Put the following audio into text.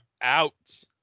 out